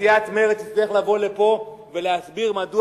סיעת מרצ תצטרך לבוא לפה ולהסביר מדוע